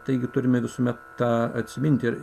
taigi turime visuomet tą atsiminti ir